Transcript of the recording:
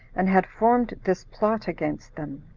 and had formed this plot against them.